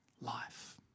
life